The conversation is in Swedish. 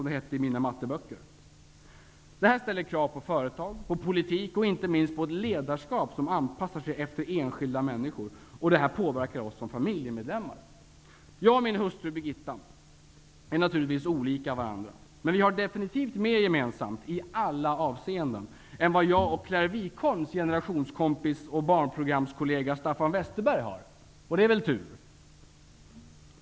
Detta ställer krav på företag, på politik och inte minst på ett ledarskap som anpassar sig efter enskilda människor. Och detta påverkar oss som familjemedlemmar. Jag och min hustru Birgitta är naturligtvis olika varandra, men vi har definitivt mer gemensamt i alla avseende än vad jag och Claire Wikholms generationskompis och barnprogramskollega Staffan Westerberg har. Och det är väl tur.